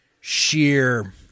sheer